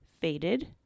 faded